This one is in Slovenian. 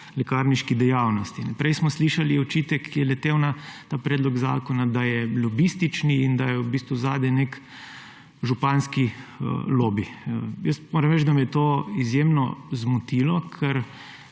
lekarniški dejavnosti. Prej smo slišali očitek, ki je letel na ta predlog zakona, da je lobistični in da je v bistvu zadaj nek županski lobi. Jaz moram reči, da me je to izjemno zmotilo, ker